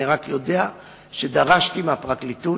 אני רק יודע שדרשתי מהפרקליטות,